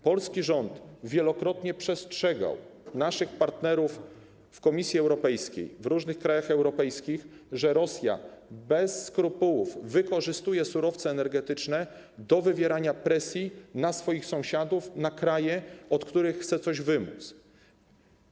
Polski rząd wielokrotnie przestrzegał naszych partnerów w Komisji Europejskiej, w różnych krajach europejskich, że Rosja bez skrupułów wykorzystuje surowce energetyczne do wywierania presji na swoich sąsiadów, na kraje, na których chce coś wymóc.